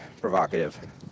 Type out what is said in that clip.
provocative